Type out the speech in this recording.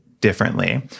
differently